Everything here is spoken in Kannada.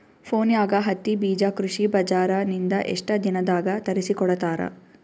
ಫೋನ್ಯಾಗ ಹತ್ತಿ ಬೀಜಾ ಕೃಷಿ ಬಜಾರ ನಿಂದ ಎಷ್ಟ ದಿನದಾಗ ತರಸಿಕೋಡತಾರ?